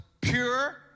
pure